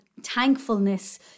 thankfulness